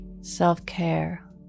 Self-care